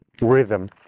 rhythm